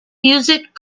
music